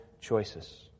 choices